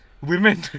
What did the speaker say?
Women